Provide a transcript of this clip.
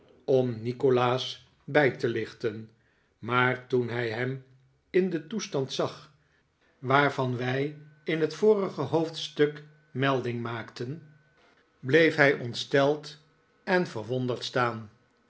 om nikolaas bij te lichten maar toen hij hem in den toestand zag waarvan wij in het vorige hoofdstuk melding maakten bleef hij nikolaas nickleby ontsteld en verwonderd staan